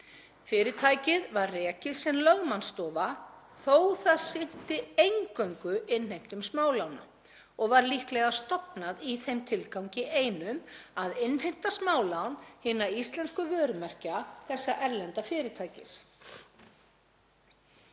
Fyrirtækið var rekið sem lögmannsstofa þótt það sinnti eingöngu innheimtu smálána og var líklega stofnað í þeim tilgangi einum að innheimta smálán hinna íslensku vörumerkja þessa erlenda fyrirtækis.